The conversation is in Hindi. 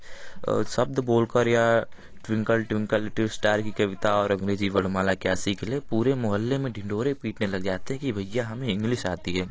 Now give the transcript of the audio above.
शब्द बोल कर या ट्विंकल ट्विंकल लिटिल इस्टार की कविता और अंग्रेजी वर्णमाला क्या सीख ले पूरे मोहल्ले में ढिंढोरे पीटने लग जाते हैं कि भैया हमें इंग्लिश आती है